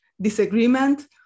disagreement